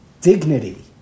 dignity